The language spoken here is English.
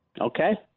Okay